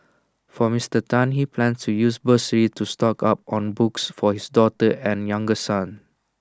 for Mister Tan he plans to use bursary to stock up on books for his daughter and younger son